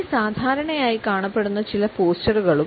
ഇനി സാധാരണയായി കാണപ്പെടുന്ന ചില പോസ്ചറുകളും